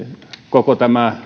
koko